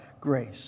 grace